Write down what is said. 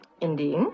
Indeed